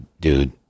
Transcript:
dude